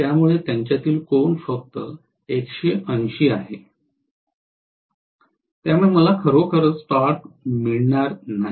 त्यामुळे त्यांच्यातील कोन फक्त १८० अंश असेल त्यामुळे मला खरोखरच टॉर्क मिळणार नाही